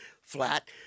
flat